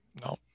No